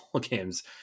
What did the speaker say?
games